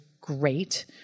great